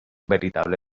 veritable